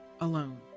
alone